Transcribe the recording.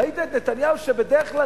ראית את נתניהו, שבדרך כלל